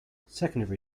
secondary